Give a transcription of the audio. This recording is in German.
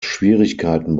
schwierigkeiten